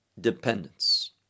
dependence